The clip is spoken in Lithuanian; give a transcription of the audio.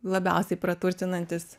labiausiai praturtinantis